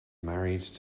married